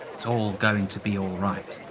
it's all going to be alright